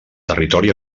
territori